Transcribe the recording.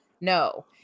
No